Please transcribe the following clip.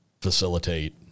facilitate